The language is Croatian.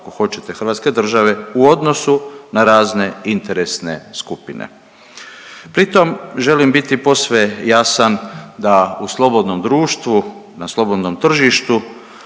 ako hoćete hrvatske države, u odnosu na razne interesne skupine, pri tom želim biti posve jasan da u slobodnom društvu na slobodnom tržištu,